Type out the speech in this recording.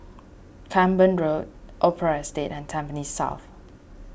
Camborne Road Opera Estate and Tampines South